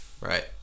right